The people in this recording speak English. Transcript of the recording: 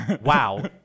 wow